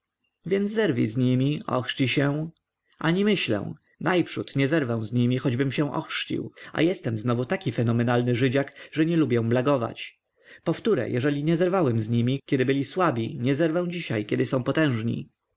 więc zerwij z nimi ochrzcij się ani myślę najprzód nie zerwę z nimi choćbym się ochrzcił a jestem znowu taki fenomenalny żydziak że nie lubię blagować po wtóre jeżeli nie zerwałem z nimi kiedy byli słabi nie zerwę dziś kiedy są potężni